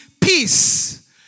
peace